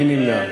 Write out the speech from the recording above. מי נמנע?